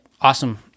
awesome